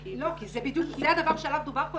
זה הדבר שעליו דובר פה.